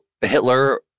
Hitler